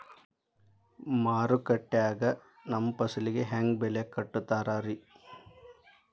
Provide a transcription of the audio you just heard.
ಮಾರುಕಟ್ಟೆ ಗ ನಮ್ಮ ಫಸಲಿಗೆ ಹೆಂಗ್ ಬೆಲೆ ಕಟ್ಟುತ್ತಾರ ರಿ?